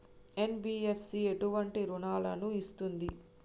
NBFC ఎటువంటి రుణాలను ఇస్తుంది?